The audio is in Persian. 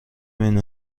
بین